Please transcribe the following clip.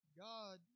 God